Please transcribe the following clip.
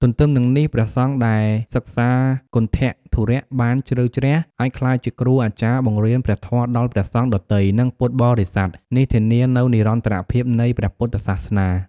ទទ្ទឹមនឹងនេះ ព្រះសង្ឃដែលសិក្សាគន្ថធុរៈបានជ្រៅជ្រះ អាចក្លាយជាគ្រូអាចារ្យបង្រៀនព្រះធម៌ដល់ព្រះសង្ឃដទៃ និងពុទ្ធបរិស័ទ។ នេះធានានូវនិរន្តរភាពនៃព្រះពុទ្ធសាសនា។